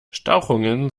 stauchungen